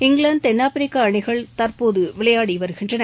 இங்கிலாந்து தென்னாப்பிரிக்க அணிகள் தற்போது விளையாடி வருகின்றன